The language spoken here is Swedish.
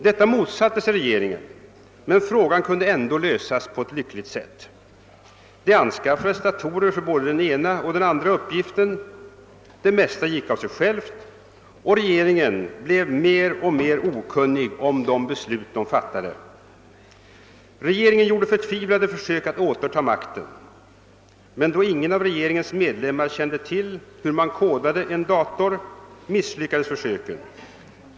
Detta motsatte sig regeringen, men frågan kunde ändå lösas på ett lyckligt sätt.> — Det anskaffades datorer för både den ena och den andra uppgiften. Det mesta gick av sig självt, och regeringen blev mer och mer okunnig om de beslut den fattade. — >Regeringen gjorde förtvivlade försök att återta makten, men då ingen av regeringens medlemmar kände till hur man kodade en dator misslyckades försöken.